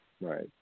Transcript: Right